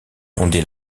fonder